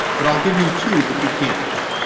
but i'll give you two that you can't do.